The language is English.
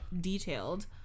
detailed